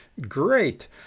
Great